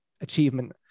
achievement